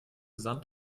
sand